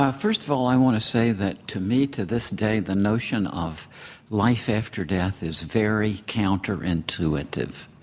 ah first of all, i want to say that to me to this day the notion of life after death is very counterintuitive.